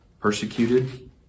persecuted